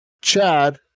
Chad